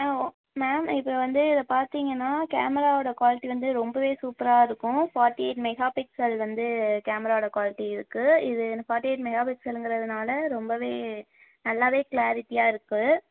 ஆ ஓ மேம் இப்போ வந்து பார்த்திங்கனா கேமரா வோட குவாலிட்டி வந்து ரொம்பவே சூப்பராக இருக்கும் ஃபாட்டி எயிட் மெகா பிக்சல் வந்து கேமரா வோட குவாலிட்டி இருக்குது இது என ஃபாட்டி எயிட் மெகா பிக்சலுங்கறதுனால ரொம்பவே நல்லாவே க்ளாரிட்டியாக இருக்குது